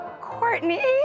Courtney